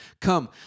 come